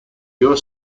your